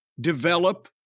develop